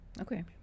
Okay